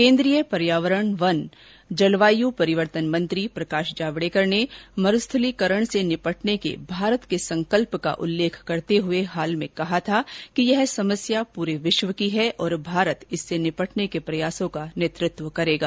केन्द्रीय पर्यावरण वन और जलवाय् परिवर्तन मंत्री प्रकाश जावडेकर ने मरुस्थलीकरण से निपटने के भारत के संकल्प का उल्लेख करते हुए हाल में कहा था कि यह समस्या पूरे विश्व की है और भारत इससे निपटने के प्रयासों का नेतृत्व करेगा